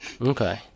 Okay